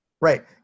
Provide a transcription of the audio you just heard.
Right